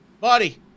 Buddy